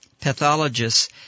pathologists